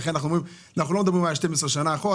לכן אנחנו לא מדברים על 12 שנה אחורה,